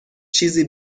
چیزی